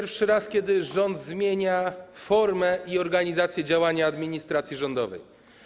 raz pierwszy rząd zmienia formę i organizację działania administracji rządowej.